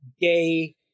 gay